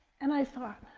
and i thought,